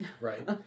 Right